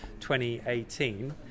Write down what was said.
2018